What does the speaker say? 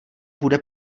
bude